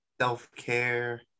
self-care